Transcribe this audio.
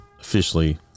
officially